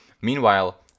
Meanwhile